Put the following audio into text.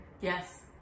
yes